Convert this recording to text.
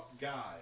guy